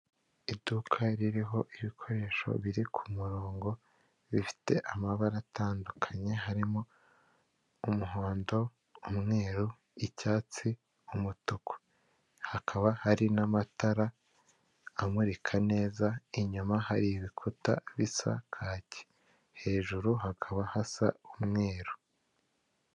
Iduka ririho ibikoresho biri ku murongo bifite amabara atandukanye harimo umuhondo, umweru, icyatsi, umutuku. Hakaba hari n'amatara amurika neza, inyuma hari ibikuta bisa kake hejuru hakaba hasa umweru.